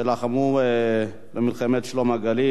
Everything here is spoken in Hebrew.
שלחמו במלחמת "שלום הגליל".